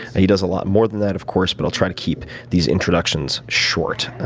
and he does a lot more than that, of course, but i'll try to keep these introductions short.